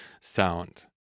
sound